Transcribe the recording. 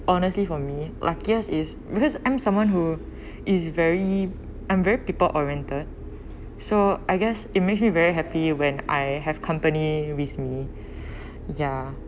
honestly for me luckiest is because I'm someone who is very I'm very people oriented so I guess it makes me very happy when I have company with me ya